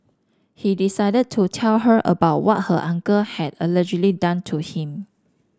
he decided to tell her about what her uncle had allegedly done to him